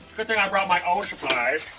good thing i bought my own supplies.